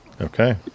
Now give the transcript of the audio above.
Okay